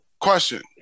Question